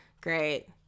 great